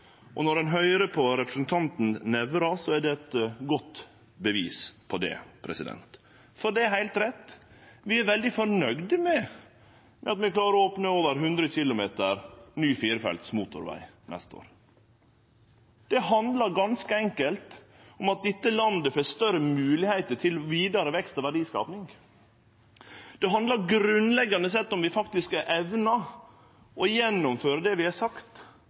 og når ein høyrer på representanten Nævra, er det eit godt bevis på det. For det er heilt rett: Vi er veldig fornøgde med at vi klarer å opne over 100 km ny firefelts motorveg neste år. Det handlar ganske enkelt om at dette landet får større moglegheiter til vidare vekst og verdiskaping. Det handlar grunnleggjande sett om i kva grad vi faktisk evnar å gjennomføre det vi har sagt